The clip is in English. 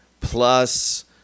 plus